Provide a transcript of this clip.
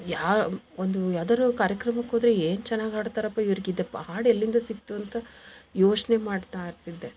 ಯಾ ಒಂದು ಯಾವ್ದಾದರು ಕಾರ್ಯಕ್ರಮಕ್ಕೋದರೆ ಏನು ಚೆನ್ನಾಗಿ ಹಾಡ್ತಾರಪ್ಪ ಇವ್ರ್ಗೆ ಇದಪ್ಪ ಹಾಡು ಎಲ್ಲಿಂದ ಸಿಕ್ತು ಅಂತ ಯೋಚನೆ ಮಾಡ್ತಾ ಇರ್ತಿದ್ದೆ